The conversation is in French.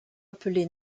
appelé